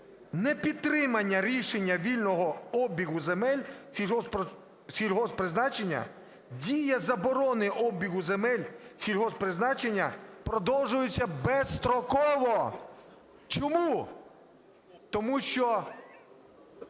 непідтримання рішення вільного обігу земель сільськогосподарського призначення – дія заборони обігу земель сільгосппризначення продовжується безстроково". Чому? Тому що